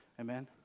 Amen